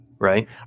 right